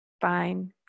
fine